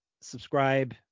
subscribe